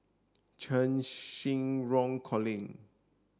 Cheng Xinru Colin